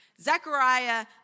Zechariah